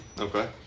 Okay